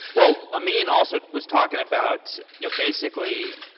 well, amine also was talking about, you know basically,